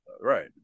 right